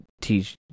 teach